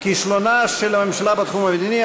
כישלונה של הממשלה בתחום המדיני,